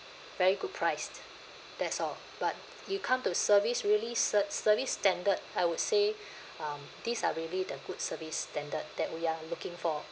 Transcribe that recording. very good price that's all but you come to service really ser~ service standard I would say um these are really the good service standard that we are looking for